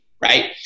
right